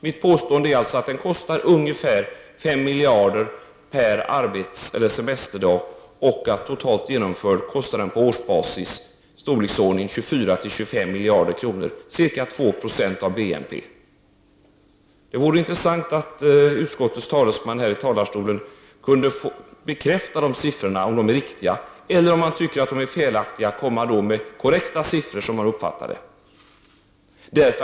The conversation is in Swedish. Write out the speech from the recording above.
Mitt påstående är alltså att den kostar ungefär 5 miljarder per semesterdag och att den totalt genomförd kostar på årsbasis i storleksordningen 24-25 miljarder kronor, ca 2 70 av BNP. Det vore intressant att höra om utskottets talesman kan bekräfta de siffrorna, att de är riktiga. Om han tycker att de är felaktiga kanske han kan komma med vad han uppfattar som korrekta siffror.